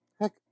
heck